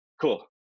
cool